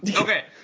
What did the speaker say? Okay